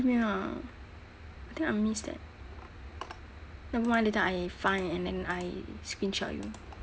email ah I think I missed that nevermind later I find and then I screenshot you